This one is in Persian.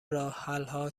راهحلها